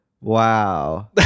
Wow